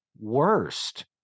worst